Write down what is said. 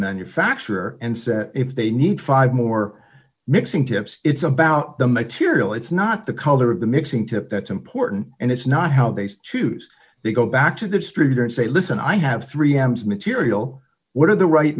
manufacturer and said if they need five more mixing tips it's about the material it's not the color of the mixing tip that's important and it's not how they choose to go back to the street and say listen i have three m's material what are the right